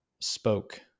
spoke